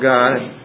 God